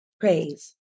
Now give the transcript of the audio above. praise